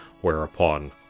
whereupon